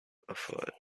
afoot